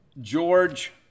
George